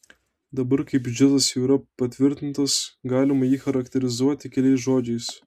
dabar kai biudžetas jau yra patvirtintas galima jį charakterizuoti keliais žodžiais